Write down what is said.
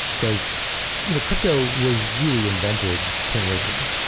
because you know crypto was really invented ten years ago.